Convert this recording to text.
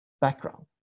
background